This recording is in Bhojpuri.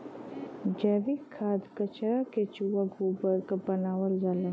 जैविक खाद कचरा केचुआ गोबर क बनावल जाला